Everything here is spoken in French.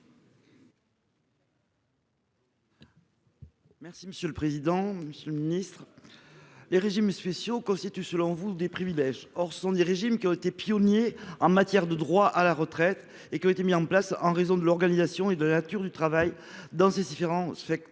explication de vote. Monsieur le ministre, les régimes spéciaux constituent selon vous des privilèges, alors qu'ils ont été pionniers en matière de droits à la retraite. Ils ont été mis en place en raison de l'organisation et de la nature du travail dans les différents secteurs